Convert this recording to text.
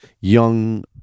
young